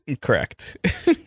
Correct